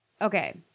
Okay